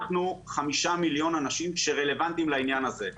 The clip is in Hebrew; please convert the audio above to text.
אנחנו חמישה מיליון אנשים שרלוונטיים לעניין הזה.